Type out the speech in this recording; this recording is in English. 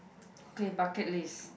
okay bucket list